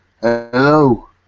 Hello